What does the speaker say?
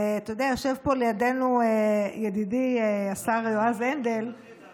יושב פה לידנו ידידי השר יועז הנדל, זכית.